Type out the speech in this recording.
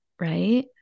right